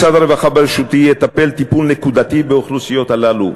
משרד הרווחה בראשותי יטפל טיפול נקודתי באוכלוסיות הללו.